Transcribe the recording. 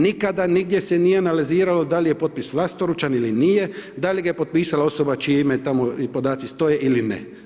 Nikada, nigdje se nije analiziralo da li je potpis vlastoručan ili nije, da li ga je potpisala osoba čije je ime tamo i podaci stoje ili ne.